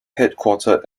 headquartered